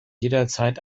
jederzeit